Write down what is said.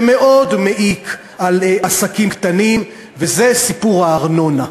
שמאוד מעיק על עסקים קטנים, וזה סיפור הארנונה.